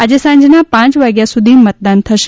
આજે સાંજના પાંચ વાગ્યા સુધી મતદાન થશે